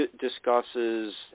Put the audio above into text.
discusses